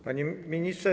Panie Ministrze!